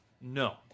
No